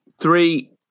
three